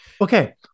Okay